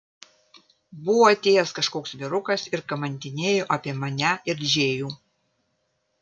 buvo atėjęs kažkoks vyrukas ir kamantinėjo apie mane ir džėjų